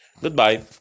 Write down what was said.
goodbye